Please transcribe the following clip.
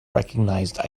recognized